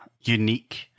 unique